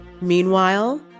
Meanwhile